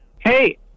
hey